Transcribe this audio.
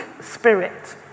spirit